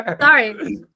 Sorry